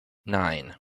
nine